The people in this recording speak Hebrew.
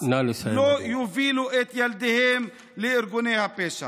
לא יובילו את ילדיהם לארגוני הפשע.